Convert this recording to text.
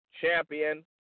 Champion